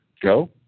Go